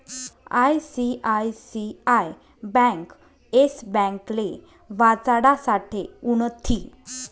ICICI bank Yes ब्यांकले वाचाडासाठे उनथी